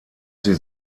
sie